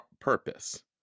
purpose